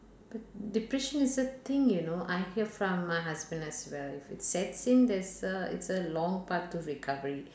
but depression is the thing you know I hear from my husband as well if it sets in it's a it's a long part to recovery